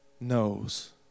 knows